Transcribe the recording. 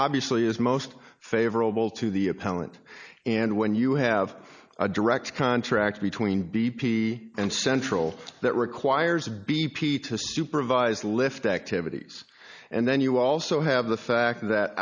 obviously is most favorable to the appellant and when you have a direct contract between b p and central that requires b p to supervise the lift activities and then you also have the fact that